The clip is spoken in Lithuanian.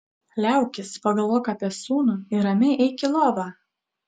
liaukis pagalvok apie sūnų ir ramiai eik į lovą